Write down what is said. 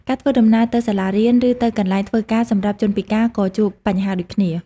ការធ្វើដំណើរទៅសាលារៀន ឬទៅកន្លែងធ្វើការសម្រាប់ជនពិការក៏ជួបបញ្ហាដូចគ្នា។